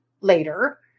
later